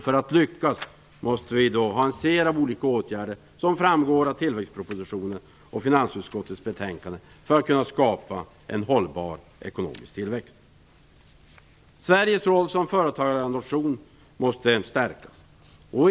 För att lyckas måste vi ha en serie av olika åtgärder, vilket framgår av tillväxtpropositionen och finansutskottets betänkande, för att kunna skapa en hållbar ekonomisk tillväxt. Sveriges roll som företagarnation måste stärkas.